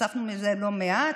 ונחשפנו לזה לא מעט,